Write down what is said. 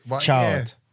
Child